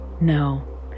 No